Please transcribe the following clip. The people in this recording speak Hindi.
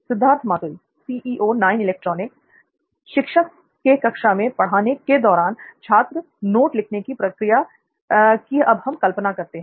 सिद्धार्थ मातुरी शिक्षक के कक्षा में पढ़ाने के "दौरान" छात्र द्वारा नोट लिखने की प्रक्रिया की अब हम कल्पना करते हैं